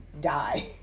die